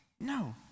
No